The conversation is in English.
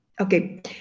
Okay